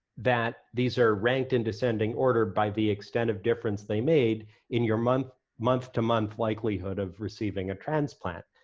that these are ranked in descending order by the extent of difference they made in your month month to month likelihood of receiving a transplant.